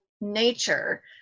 nature